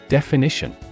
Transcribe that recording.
Definition